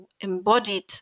embodied